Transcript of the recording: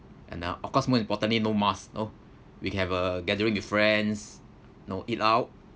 and uh of course more importantly no mask oh we have a gathering with friends you know eat out